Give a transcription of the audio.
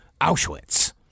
Auschwitz